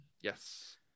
Yes